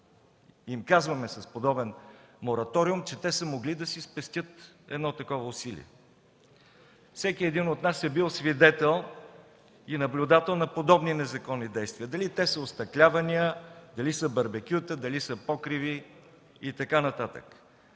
им казваме с подобен мораториум, че те са могли да си спестят едно такова усилие. Всеки един от нас е бил свидетел и наблюдател на подобни незаконни действия. Дали са остъклявания, дали са барбекюта, покриви и така нататък....